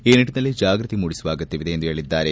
ಈ ನಿಟ್ಟನಲ್ಲಿ ಜಾಗೃತಿ ಮೂಡಿಸುವ ಅಗತ್ತವಿದೆ ಎಂದು ಹೇಳಿದ್ದಾರೆ